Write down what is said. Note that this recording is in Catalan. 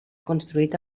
construït